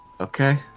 Okay